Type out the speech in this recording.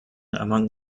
among